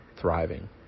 thriving